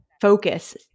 Focus